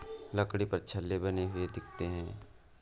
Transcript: लकड़ी पर छल्ले बने हुए दिखते हैं